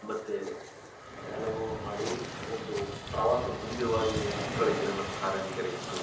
ಮತ್ತು ಎಲ್ಲನೂ ಮಾಡಿ ಒಂದು ಪ್ರವಾಸ ಮಂದಿರವಾಗಿ ಕುಕ್ಕರಳ್ಳಿ ಕೆರೆ ಮತ್ತೆ ಕಾರಂಜಿ ಕೆರೆ ಇತ್ತು